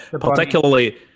Particularly